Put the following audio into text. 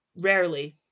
rarely